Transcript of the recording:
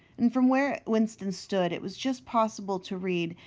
and from where winston stood it was just possible to read,